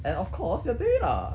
and of course your data